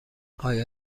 آیا